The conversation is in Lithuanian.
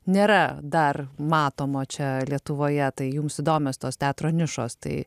nėra dar matomo čia lietuvoje tai jums įdomios tos teatro nišos tai